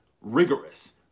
rigorous